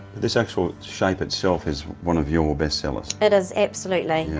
this actual shape itself is one of your best sellers. it is, absolutely.